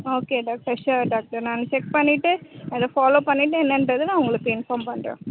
ஆ okay doctor sure doctor நான் check பண்ணிவிட்டு அதை ஃபாலோ பண்ணிவிட்டு என்னென்றத நான் உங்களுக்கு இன்ஃபார்ம் பண்ணுறேன்